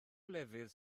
lefydd